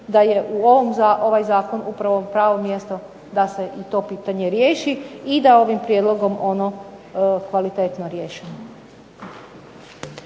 da je ovaj zakon upravo pravo mjesto da se i to pitanje riješi i da ovim prijedlogom ono kvalitetno riješi.